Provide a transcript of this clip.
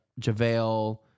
JaVale